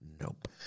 Nope